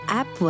app